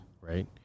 right